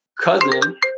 cousin